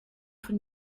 von